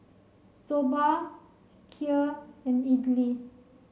Soba Kheer and Idili